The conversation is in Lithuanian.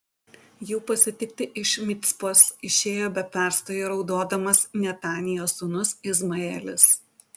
jų pasitikti iš micpos išėjo be perstojo raudodamas netanijos sūnus izmaelis